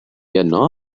yno